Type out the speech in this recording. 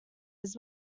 his